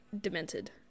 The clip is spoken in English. demented